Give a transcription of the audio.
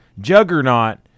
juggernaut